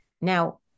Now